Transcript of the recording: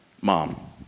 mom